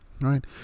right